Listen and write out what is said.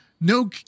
no